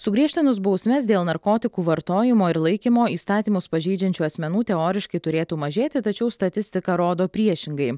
sugriežtinus bausmes dėl narkotikų vartojimo ir laikymo įstatymus pažeidžiančių asmenų teoriškai turėtų mažėti tačiau statistika rodo priešingai